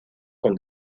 con